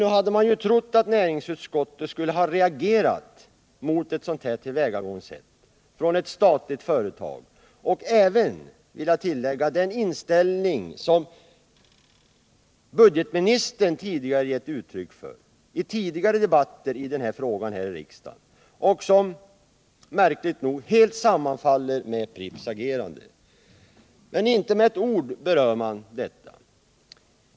Nu hade man ju trott att näringsutskottet skulle ha reagerat mot ett sådant tillvägagångssätt från ett statligt företag och även — det vill jag tillägga — mot den inställning som budgetministern i tidigare debatter i denna fråga har givit uttryck för här i riksdagen och som märkligt nog helt sammanfaller med Pripps agerande. Men detta berörs inte med ett ord.